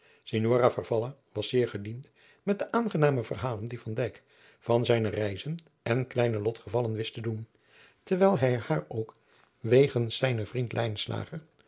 farfalla was zeer gediend met de aangename verhalen die van dijk van zijne reizen en kleine lotgevallen wist te doen terwijl hij haar ook wegens zijnen vriend